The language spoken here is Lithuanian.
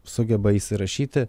sugeba įsirašyti